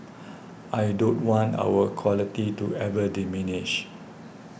I don't want our quality to ever diminish